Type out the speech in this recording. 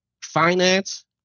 finance